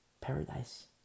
Paradise